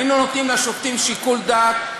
היינו נותנים לשופטים שיקול דעת,